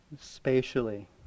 spatially